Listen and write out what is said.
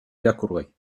irakurgai